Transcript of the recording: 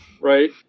Right